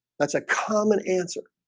that's a common answer.